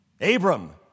Abram